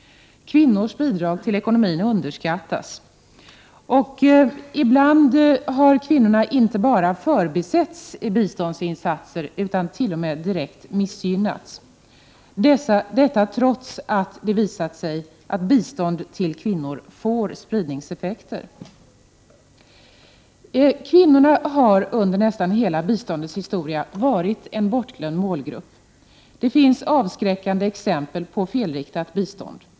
Kvinnors bidrag till ekonomin underskattas. Ibland har kvinnorna inte bara förbisetts utan t.o.m. missgynnats i biståndsinsatserna, detta trots att det visat sig att bistånd till kvinnor får spridningseffekter. Kvinnorna har under nästan hela biståndets historia varit en bortglömd målgrupp. Det finns avskräckande exempel på felriktat bistånd.